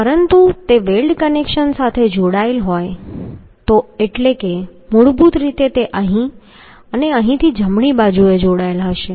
પરંતુ જો તે વેલ્ડ કનેક્શન સાથે જોડાયેલ હોય તો એટલે મૂળભૂત રીતે તે અહીં અને અહીંથી જમણી બાજુએ જોડાયેલ હશે